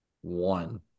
one